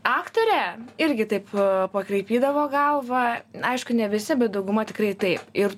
aktorė irgi taip pakraipydavo galvą aišku ne visi bet dauguma tikrai taip ir